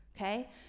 okay